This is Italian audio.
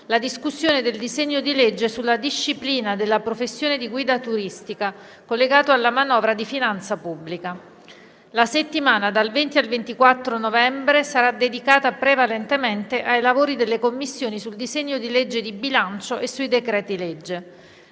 la discussione del disegno di legge sulla disciplina della professione di guida turistica, collegato alla manovra di finanza pubblica. La settimana dal 20 al 24 novembre sarà dedicata prevalentemente ai lavori delle Commissioni sul disegno di legge di bilancio e sui decreti-legge.